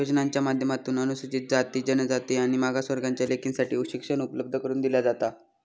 योजनांच्या माध्यमातून अनुसूचित जाती, जनजाति आणि मागास वर्गाच्या लेकींसाठी शिक्षण उपलब्ध करून दिला जाता